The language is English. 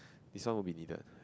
this one will be needed